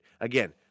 again